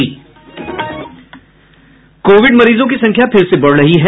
Covid मरीजों की संख्या फिर से बढ़ रही है